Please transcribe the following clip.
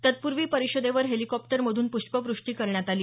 तत्पूर्वी परिषदेवर हेलिकॉप्टर मधून प्ष्पवृष्टी करण्यात आली